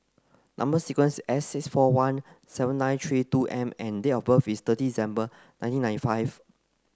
number sequence S six four one seven nine three two M and date of birth is third December nineteen ninety five